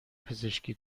پزشکی